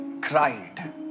cried